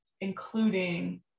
including